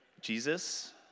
Jesus